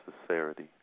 sincerity